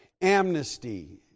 Amnesty